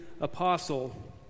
apostle